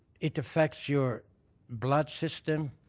it affects your blood system,